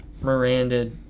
Miranda